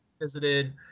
visited